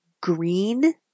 green